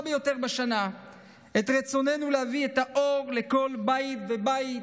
ביותר בשנה את רצוננו להביא את האור לכל בית ובית,